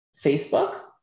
Facebook